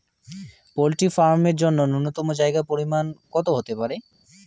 Poultry farm এর জন্য নূন্যতম জায়গার পরিমাপ কত হতে পারে?